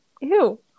Ew